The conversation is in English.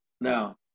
Now